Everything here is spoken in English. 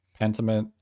Pentiment